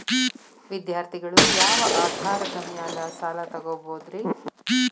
ವಿದ್ಯಾರ್ಥಿಗಳು ಯಾವ ಆಧಾರದ ಮ್ಯಾಲ ಸಾಲ ತಗೋಬೋದ್ರಿ?